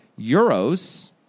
euros